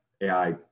AI